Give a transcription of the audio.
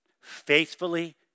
Faithfully